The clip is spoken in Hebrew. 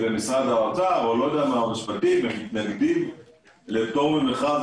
אם אין פטור ממכרז,